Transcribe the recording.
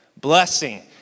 blessing